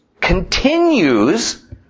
continues